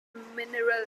mineral